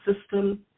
system